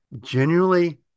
genuinely